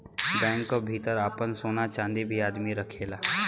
bank क भितर आपन सोना चांदी भी आदमी रखेला